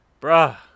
bruh